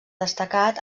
destacat